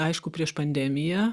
aišku prieš pandemiją